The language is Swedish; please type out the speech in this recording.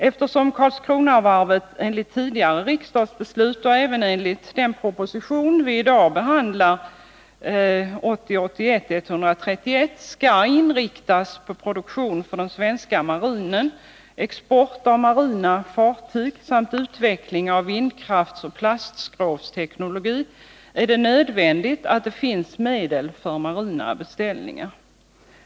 Eftersom Karlskronavarvet enligt tidigare riksdagsbeslut och även enligt den proposition som vi i dag behandlar, 1980/81:131, skall inriktas på produktion för den svenska marinen, export av marina fartyg samt utveckling av vindkraftsoch plastskrovsteknologi, är det nödvändigt att det finns medel för marina beställningar.